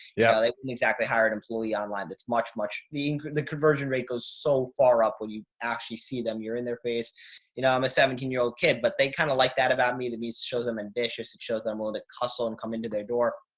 yeah, they wouldn't exactly hired employee online. that's much, much the, the conversion rate goes so far up, actually see them, you're in their face. you know, i'm a seventeen year old kid, but they kind of like that about me. that means it shows them ambitious, it shows that i'm willing to kusile and come into their door.